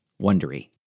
Wondery